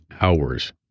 hours